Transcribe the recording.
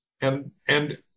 And—and